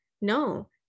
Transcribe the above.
no